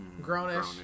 Grownish